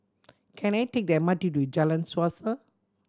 can I take the M R T to Jalan Suasa